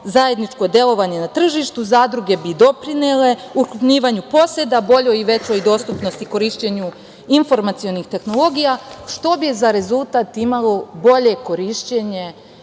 zajedničko delovanje na tržištu zadruge bi doprinele ukrupnjivanju poseda, boljoj i većoj dostupnosti korišćenju informacionih tehnologija što bi za rezultat imalo bolje korišćenje